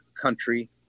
country